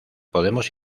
podemos